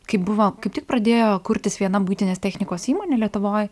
kaip buvo kaip tik pradėjo kurtis viena buitinės technikos įmonė lietuvoj